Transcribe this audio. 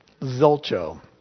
Zolcho